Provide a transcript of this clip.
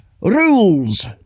rules